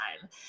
time